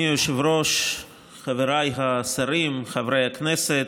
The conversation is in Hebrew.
אדוני היושב-ראש, חבריי השרים, חברי הכנסת,